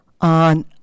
on